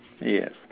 Yes